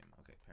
okay